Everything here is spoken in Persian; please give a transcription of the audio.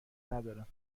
ندارم